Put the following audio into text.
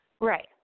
Right